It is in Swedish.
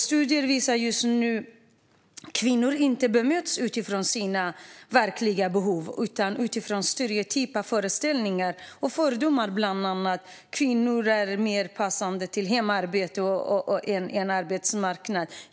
Studier visar att kvinnor inte bemöts utifrån sina verkliga behov utan utifrån stereotypa föreställningar och fördomar, bland annat om att kvinnor passar bättre till hemarbete än på arbetsmarknaden.